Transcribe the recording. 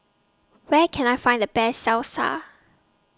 Where Can I Find The Best Salsa